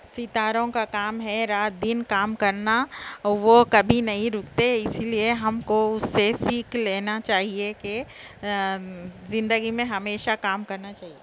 ستاروں کا کام ہے رات دن کام کرنا وہ کبھی نہیں رکتے اسی لیے ہم کو اس سے سیکھ لینا چاہیے کہ زندگی میں ہمیشہ کام کرنا چاہیے